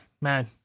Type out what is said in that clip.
Man